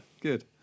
Good